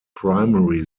primary